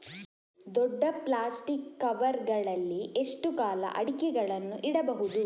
ದೊಡ್ಡ plastic cover ಗಳಲ್ಲಿ ಎಷ್ಟು ಕಾಲ ಅಡಿಕೆಗಳನ್ನು ಇಡಬಹುದು?